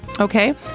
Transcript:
okay